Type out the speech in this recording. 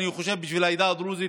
ואני חושב שבשביל העדה הדרוזית,